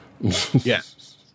Yes